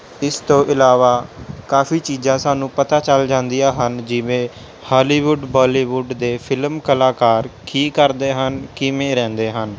ਇਸ ਤੋਂ ਇਲਾਵਾ ਕਾਫੀ ਚੀਜ਼ਾਂ ਸਾਨੂੰ ਪਤਾ ਚੱਲ ਜਾਂਦੀਆਂ ਹਨ ਜਿਵੇਂ ਹਾਲੀਵੁੱਡ ਬਾਲੀਵੁੱਡ ਦੇ ਫਿਲਮ ਕਲਾਕਾਰ ਕੀ ਕਰਦੇ ਹਨ ਕਿਵੇਂ ਰਹਿੰਦੇ ਹਨ